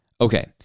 Okay